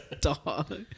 Dog